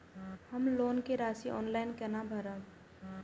हम लोन के राशि ऑनलाइन केना भरब?